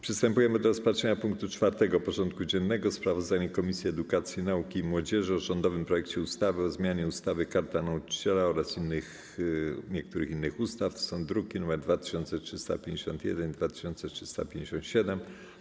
Przystępujemy do rozpatrzenia punktu 4. porządku dziennego: Sprawozdanie Komisji Edukacji, Nauki i Młodzieży o rządowym projekcie ustawy o zmianie ustawy - Karta Nauczyciela oraz niektórych innych ustaw (druki nr 2351 i 2357)